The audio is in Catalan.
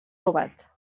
robat